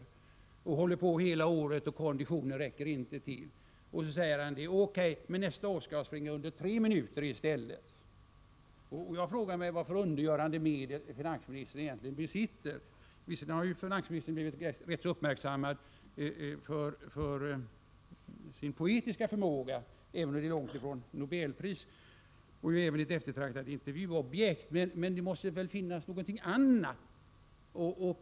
Han tränar Om regeringens hela året, men konditionen räcker inte till. Han skulle på motsvarande sätt inflationsmål för år kunna säga: O.K., jag klarar det inte, men nästa år skall jag springa milen 1985 under 3 minuter i stället. Jag frågar mig vilka undergörande medel finansministern egentligen besitter. Finansministern har visserligen blivit ganska uppmärksammad för sin poetiska förmåga — även om den långt ifrån skulle räcka till för ett Nobelpris — och han har även blivit ett eftertraktat intervjuobjekt, men det måste finnas någonting annat.